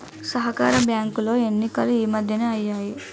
సహకార బ్యాంకులో ఎన్నికలు ఈ మధ్యనే అయ్యాయి